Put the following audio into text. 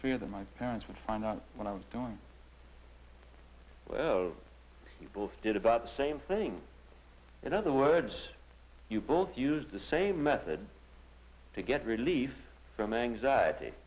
fear that my parents would find out when i was done well we both did about the same thing in other words you both used the same method to get relief from anxiety